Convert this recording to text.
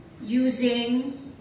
using